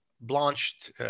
blanched